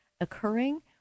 occurring